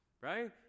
right